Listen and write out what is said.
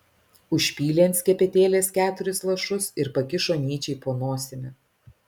užpylė ant skepetėlės keturis lašus ir pakišo nyčei po nosimi